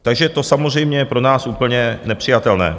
Takže to je samozřejmě pro nás úplně nepřijatelné.